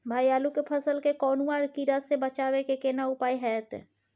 भाई आलू के फसल के कौनुआ कीरा से बचाबै के केना उपाय हैयत?